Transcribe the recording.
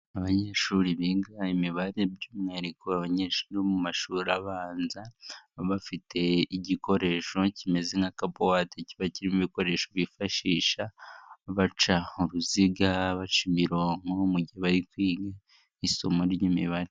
Abanyeshuri biga imibare by'umwihariko abanyeshuri bo mu mashuri abanza, bafite igikoresho kimeze nka kabuwate kiba kirimo ibikoresho bifashisha baca uruziga, baca imironko mu gihe bari kwiga isomo ry'imibare.